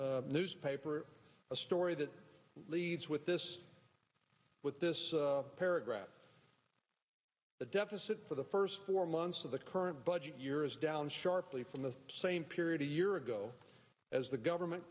newspaper a story that leads with this with this paragraph the depth of for the first four months of the current budget year is down sharply from the same period a year ago as the government